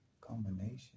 Combination